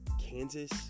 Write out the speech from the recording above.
Kansas